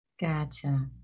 Gotcha